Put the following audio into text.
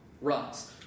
runs